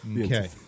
Okay